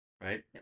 right